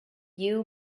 you